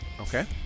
okay